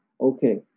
okay